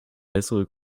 bessere